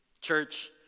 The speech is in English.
Church